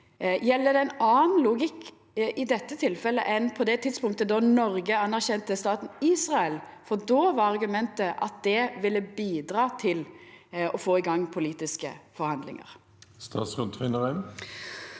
Gjeld det ein annan logikk i dette tilfellet enn på det tidspunktet Noreg anerkjente staten Israel? Då var argumentet at det ville bidra til å få i gang politiske forhandlingar. Statsråd Anne